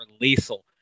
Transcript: lethal